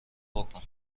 بکن